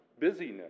busyness